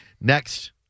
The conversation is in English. Next